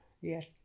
yes